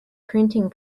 printing